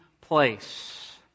place